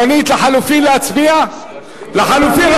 רונית, להצביע על הלחלופין?